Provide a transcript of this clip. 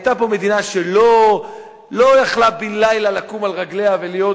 היתה פה מדינה שלא יכלה בן-לילה לקום על רגליה ולהיות